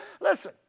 Listen